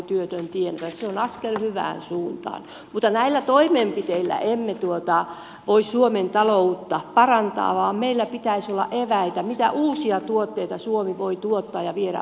se on askel hyvään suuntaan mutta näillä toimenpiteillä emme voi suomen taloutta parantaa vaan meillä pitäisi olla eväitä mitä uusia tuotteita suomi voi tuottaa ja viedä ulkomaille